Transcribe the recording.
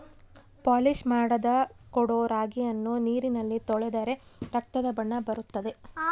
polish ಮಾಡದ ಕೊಡೊ ರಾಗಿಯನ್ನು ನೀರಿನಲ್ಲಿ ತೊಳೆದರೆ ರಕ್ತದ ಬಣ್ಣ ಬರುತ್ತದೆ